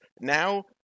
now